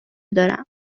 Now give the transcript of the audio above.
دارم